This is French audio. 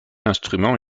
instrument